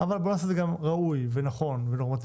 אבל בואו נעשה את זה בצורה ראויה נכונה ונורמטיבית.